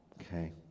Okay